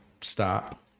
stop